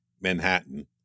Manhattan